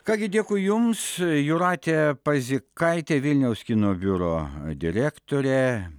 ką gi dėkui jums jūratė pazikaitė vilniaus kino biuro direktorė